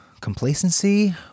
complacency